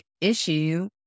issue